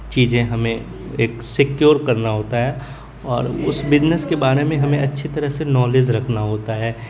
چیزیں ہمیں ایک سیکیور کرنا ہوتا ہے اور اس بزنس کے بارے میں ہمیں اچھی طرح سے نالج رکھنا ہوتا ہے